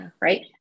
right